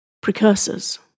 precursors